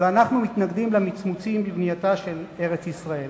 ואנחנו מתנגדים למצמוצים בבנייתה של ארץ-ישראל.